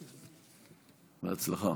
בהצלחה.